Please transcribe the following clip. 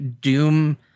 Doom